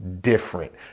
Different